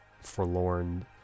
forlorn